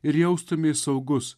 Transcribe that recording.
ir jaustumeis saugus